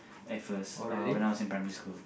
at first uh when I was in primary school